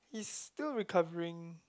he's still recovering